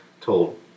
told